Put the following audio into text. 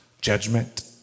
Judgment